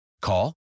Call